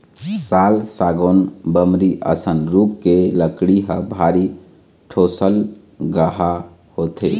साल, सागौन, बमरी असन रूख के लकड़ी ह भारी ठोसलगहा होथे